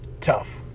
tough